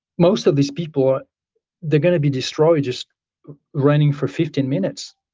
most of these people are they're going to be destroyed just running for fifteen minutes,